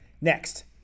Next